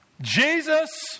Jesus